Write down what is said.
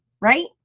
right